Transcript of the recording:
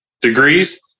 degrees